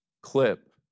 clip